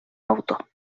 autor